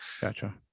Gotcha